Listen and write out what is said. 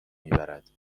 میبرد